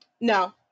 No